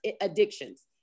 addictions